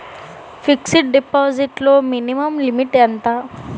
Fixed deposit లో minimum limit ఎంత?